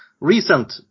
recent